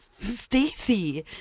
Stacy